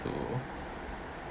to